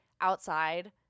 outside